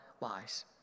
lies